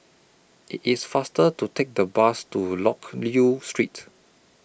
IT IS faster to Take The Bus to Loke Yew Streets